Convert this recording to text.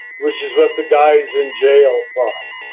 which is what the guys in jail thought.